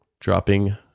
Dropping